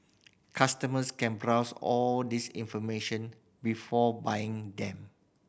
customers can browse all this information before buying them